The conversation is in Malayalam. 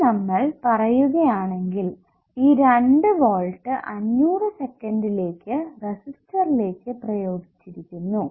ഇനി നമ്മൾ പറയുകയാണെങ്കിൽ ഈ 2 വോൾട്ട് 500 സെക്കന്റിലേക്ക് റെസിസ്റ്ററിലേക്ക് പ്രയോഗിച്ചിരിക്കുന്നു